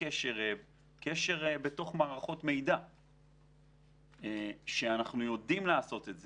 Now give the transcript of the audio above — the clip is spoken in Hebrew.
קשר בתוך מערכות מידע שאנחנו יודעים לעשות,